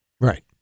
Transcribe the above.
Right